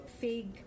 fig